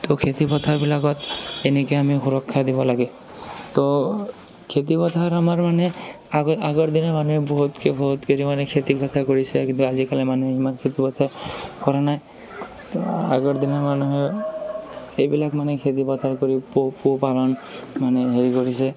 তো খেতিপথাৰবিলাকত এনেকে আমি সুৰক্ষা দিব লাগে তো খেতিপথাৰ আমাৰ মানে আগৰ আগৰ দিনৰ মানুহে বহুত বহুত কিছুমানে খেতিপথাৰ কৰিছে কিন্তু আজিকালি মানুহে ইমান খেতিপথাৰ কৰা নাই তো আগৰ দিনৰ মানুহে এইবিলাক মানে খেতিপথাৰত কৰি পোহ পোহ পালন মানে হেৰি কৰিছে